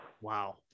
Wow